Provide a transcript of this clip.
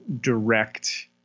direct